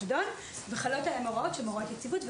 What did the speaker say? הפיקדון וחלות עליהם הוראות שהן הוראות יציבות.